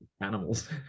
animals